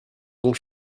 bons